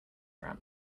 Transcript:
ramp